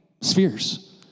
spheres